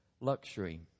luxury